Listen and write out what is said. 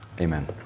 Amen